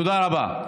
תודה רבה.